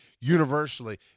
universally